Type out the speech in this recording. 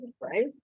Right